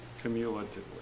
cumulatively